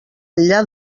enllà